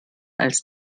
als